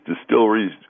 distilleries